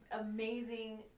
amazing